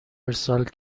ارسال